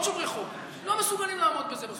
שומרי חוק לא מסוגלים לעמוד בזה בסוף,